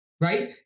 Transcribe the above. right